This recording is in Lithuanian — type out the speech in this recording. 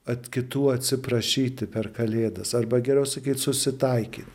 at kitų atsiprašyti per kalėdas arba geriau sakyt susitaikyt